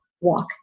walk